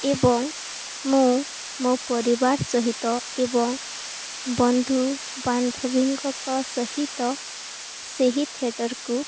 ଏବଂ ମୁଁ ମୋ ପରିବାର ସହିତ ଏବଂ ବନ୍ଧୁ ବାନ୍ଧବୀଙ୍କ ସହିତ ସେହି ଥିଏଟରକୁ